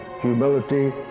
humility